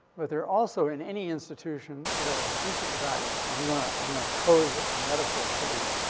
but they're also. in any institution, there are secret values. i'm gonna i'm gonna pose a metaphor for you.